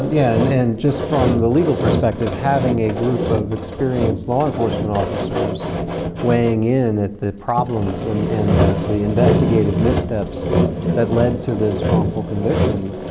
yeah, and and just from the legal perspective having a group of experienced law enforcement officers weighing in at the problems and the the investigative missteps that led to this wrongful conviction